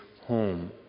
home